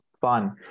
fun